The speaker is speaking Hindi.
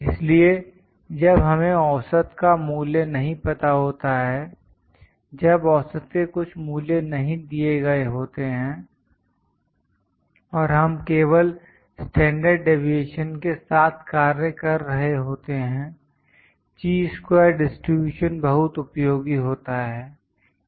इसलिए जब हमें औसत का मूल्य नहीं पता होता है जब औसत के कुछ मूल्य नहीं दिए होते हैं और हम केवल स्टैंडर्ड डिवीएशन के साथ कार्य कर रहे होते हैं ची स्क्वेर डिस्ट्रब्यूशन बहुत उपयोगी होता है